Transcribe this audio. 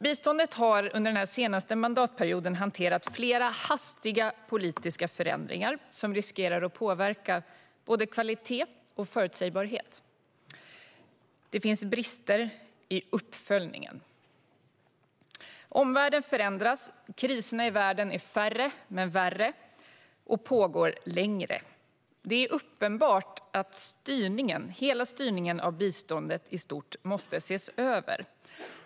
Biståndet har under den senaste mandatperioden hanterat flera hastiga politiska förändringar som riskerar att påverka både kvalitet och förutsägbarhet. Det finns brister i uppföljningen. Omvärlden förändras. Kriserna i världen är färre men värre och pågår längre. Det är uppenbart att hela styrningen av biståndet i stort måste ses över.